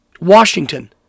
Washington